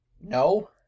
No